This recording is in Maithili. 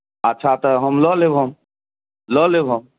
अच्छा तऽ हम लऽ लेब हम लऽ लेब हम